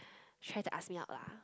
try to ask me out lah